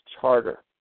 charter